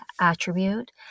attribute